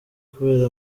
kubera